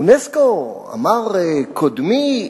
אונסק"ו, אמר קודמי,